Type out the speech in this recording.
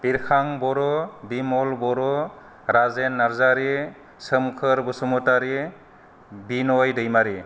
Birkhang Boro Bimal Boro Rajen Narzary Somkhor Basumatary Binay Daimary